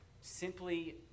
simply